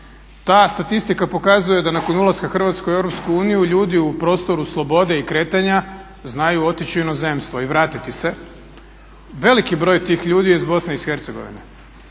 Ta statistika pokazuje da nakon ulaska Hrvatske u EU ljudi u prostoru slobode i kretanja znaju otići u inozemstvo i vratiti se. Veliki broj tih ljudi je iz BiH.